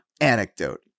anecdote